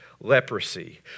leprosy